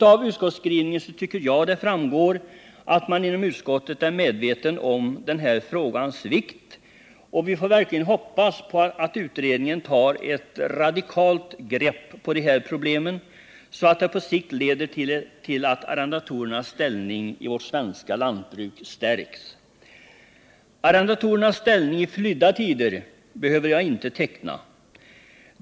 Av utskottsskrivningen tycker jag det framgår att man inom utskottet är medveten om den här frågans vikt, och vi får verkligen hoppas att utredningen tar ett radikalt grepp på de här problemen, så att det på sikt leder till att arrendatorernas ställning i vårt svenska lantbruk stärks. Arrendatorernas ställning i flydda tider behöver jag inte teckna.